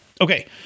Okay